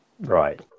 Right